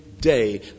day